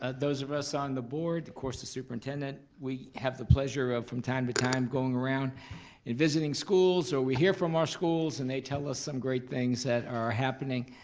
ah those of us on the board, of course the superintendent, we have the pleasure of from time to time going around and visiting schools or we hear from our schools and they tell us some great things that are happening.